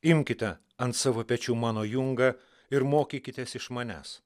imkite ant savo pečių mano jungą ir mokykitės iš manęs